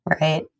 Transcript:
Right